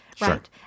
right